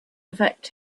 affect